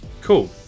Cool